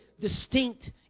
distinct